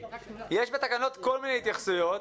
יש בתקנות כל מיני התייחסויות,